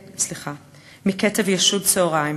מקטב ישוד צהרים.